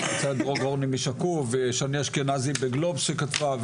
ונמצא דרור גורני משקוף ושני אשכנזי בגלובס שכתבה,